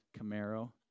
Camaro